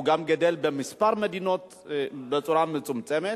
הוא גם גדל בכמה מדינות בצורה מצומצמת.